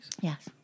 Yes